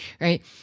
right